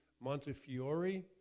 Montefiore